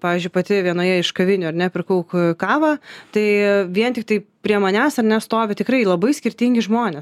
pavyzdžiui pati vienoje iš kavinių ar ne pirkau kavą tai vien tiktai prie manęs ar ne stovi tikrai labai skirtingi žmonės